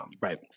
Right